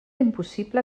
impossible